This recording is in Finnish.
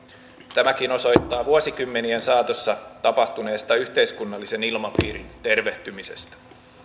tämäkin osoittaa vuosikymmenien saatossa tapahtunutta yhteiskunnallisen ilmapiirin tervehtymistä